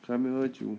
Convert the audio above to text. sure 他没有喝酒